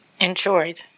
enjoyed